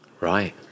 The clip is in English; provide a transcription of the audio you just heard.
Right